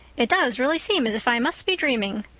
it does really seem as if i must be dreaming.